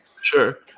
sure